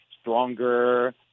stronger